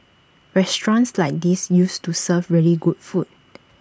restaurants like these used to serve really good food